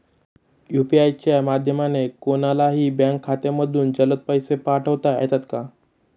UPI च्या माध्यमाने कोणलाही बँक खात्यामधून जलद पैसे पाठवता येतात का?